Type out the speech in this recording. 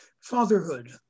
fatherhood